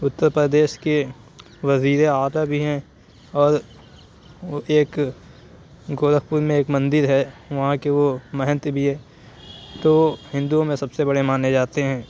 اُتر پردیش کے وزیرِ اعلی بھی ہیں اور ایک گورکھپور میں ایک مندر ہے وہاں کے وہ محنت بھی ہیں تو ہندؤں میں سب سے بڑے مانے جاتے ہیں